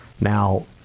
Now